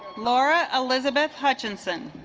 laura elizabeth hutchinson